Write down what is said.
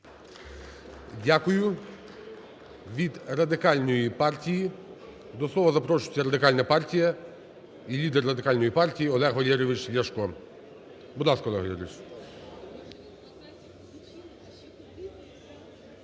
Дякую. Від Радикальної партії до слова запрошується Радикальна партія і лідер Радикальної партії Олег Валерійович Ляшко. Будь ласка, Олег Валерійович.